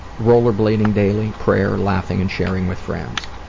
rollerblading. daily prayer. laughing and sharing with friends.